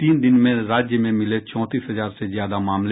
तीन दिन में राज्य में मिले चौंतीस हजार से ज्यादा मामले